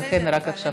ולכן רק עכשיו,